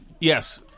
Yes